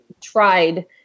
tried